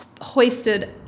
hoisted